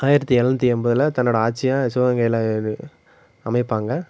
ஆயிரத்தி எழுநூத்தி எண்பதுல தன்னோடய ஆட்சியும் சிவகங்கையில் இது அமைப்பாங்கள்